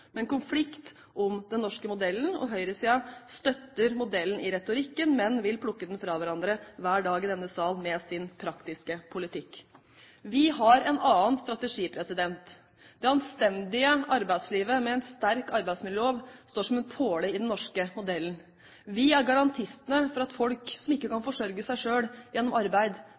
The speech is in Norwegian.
men konflikt om den norske modellen, og høyresiden støtter modellen i retorikken, men vil plukke den fra hverandre hver dag i denne salen med sin praktiske politikk. Vi har en annen strategi. Det anstendige arbeidslivet med en sterk arbeidsmiljølov står som en påle i den norske modellen. Vi er garantistene for at folk som ikke kan forsørge seg selv gjennom arbeid,